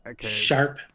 Sharp